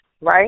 right